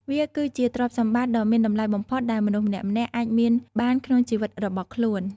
វាគឺជាទ្រព្យសម្បត្តិដ៏មានតម្លៃបំផុតដែលមនុស្សម្នាក់ៗអាចមានបានក្នុងជីវិតរបស់ខ្លួន។